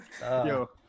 yo